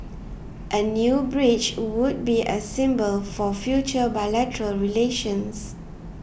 a new bridge would be a symbol for future bilateral relations